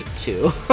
Two